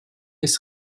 ist